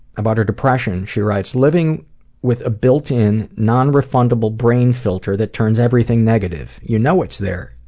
about her depression she writes living with a built-in non-refundable brain filter that turns everything negative. you know it's there,